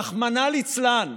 רחמנא ליצלן,